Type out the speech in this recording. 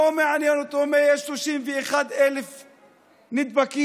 לא מעניין אותו 131,000 נדבקים,